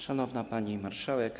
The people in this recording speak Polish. Szanowna Pani Marszałek!